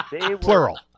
Plural